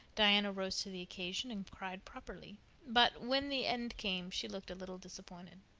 diana rose to the occasion and cried properly but, when the end came, she looked a little disappointed.